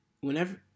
whenever